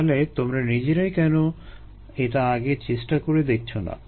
তাহলে তোমরা নিজেরাই কেন এটা আগে চেষ্টা করে দেখছো না